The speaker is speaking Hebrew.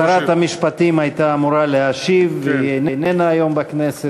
שרת המשפטים הייתה אמורה להשיב והיא איננה היום בכנסת.